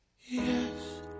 Yes